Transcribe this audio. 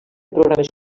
programes